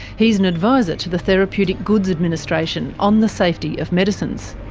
he's an advisor to the therapeutic goods administration on the safety of medicines.